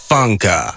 Funka